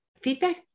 feedback